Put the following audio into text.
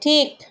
ঠিক